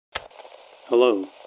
Hello